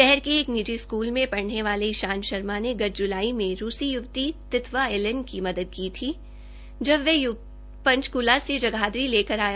शहर के एक निजी स्कूल मे पढ़ने वाले ईशान शर्मा ने गत ज्लाई में रूसी य्वती तितवा एलन की मदद की थी जब इस य्वती को पंचकूला से जगाधरी लेकर आया